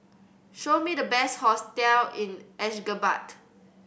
show me the best hotels in Ashgabat